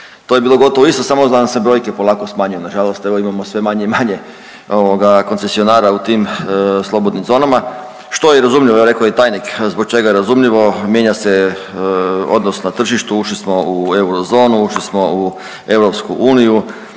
to je bilo gotovo isto, samo vam se brojke polako smanjuju, nažalost evo imamo sve manje i manje ovoga koncesionara u tim slobodnim zonama. Što je i razumljivo evo rekao je i tajnik zbog čega je razumljivo, mijenja se odnos na tržištu, ušli smo u euro zonu, ušli smo u EU,